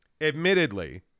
admittedly